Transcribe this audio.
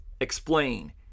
explain